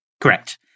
Correct